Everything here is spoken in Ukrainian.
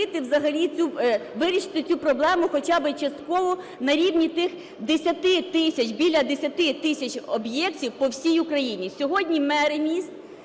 вирішити цю проблему хоча би частково, на рівні тих 10 тисяч, біля 10 тисяч об'єктів по всій Україні.